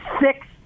six